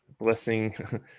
blessing